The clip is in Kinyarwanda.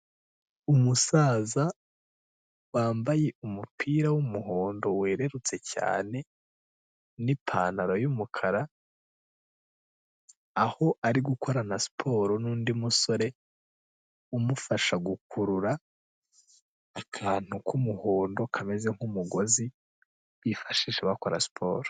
Umusaza wambaye umupira w'umuhondo wererutse cyane n'ipantaro y'umukara, aho ari gukorana siporo n'undi musore umufasha gukurura akantu k'umuhondo kameze nk'umugozi bifashisha bakora siporo.